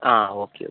ആ okay okay